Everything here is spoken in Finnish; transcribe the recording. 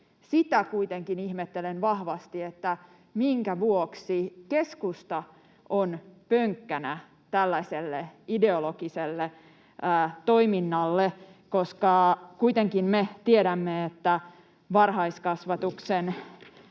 Sitä kuitenkin ihmettelen vahvasti, minkä vuoksi keskusta on pönkkänä tällaiselle ideologiselle toiminnalle, koska kuitenkin me tiedämme, että varhaiskasvatuksen